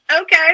okay